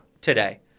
today